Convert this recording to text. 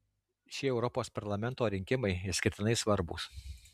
šie europos parlamento rinkimai išskirtinai svarbūs